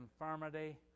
infirmity